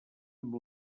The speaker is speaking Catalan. amb